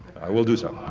i will do so.